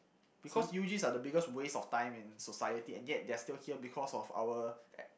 because U_Gs are the biggest waste of time in society and yet they are still here because of our